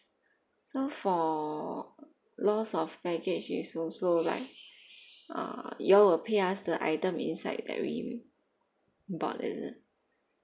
so for loss of baggage is also like uh you all will pay us the item inside that we bought is it